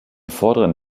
vorderen